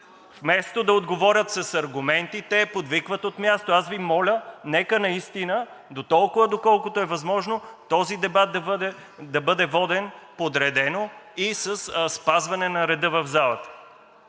Вместо да отговорят с аргументи, те подвикват от място. Аз Ви моля, нека наистина, дотолкова доколкото е възможно, този дебат да бъде воден подредено и със спазване на реда в залата.